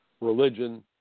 religion